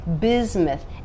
bismuth